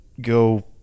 Go